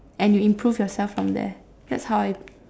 and you improve yourself from there that's how I